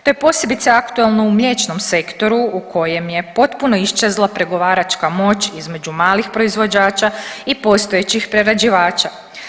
To je posebice aktualno u mliječnom sektoru u kojem je potpuno iščezla pregovaračka moć između malih proizvođača i postojećih prerađivača.